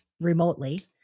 remotely